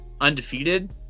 undefeated